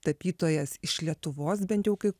tapytojas iš lietuvos bent jau kai